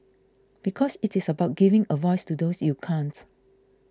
because it is about giving a voice to those you can't